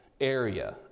area